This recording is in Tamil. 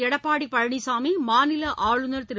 எடப்பாடிபழனிசாமி மாநிலஆளுநர் திரு